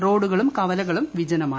റോഡുകളും കവലകളും വിജനമാണ്